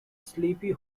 sleepy